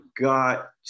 got